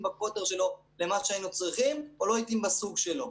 בקוטר שלו למה שהיינו צריכים או לא התאים בסוג שלו.